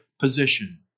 position